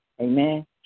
Amen